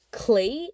clay